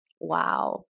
Wow